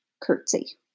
curtsy